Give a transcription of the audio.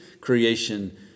creation